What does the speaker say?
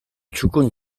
txukun